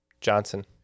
johnson